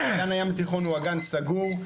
אגן הים התיכון הוא אגן סגור.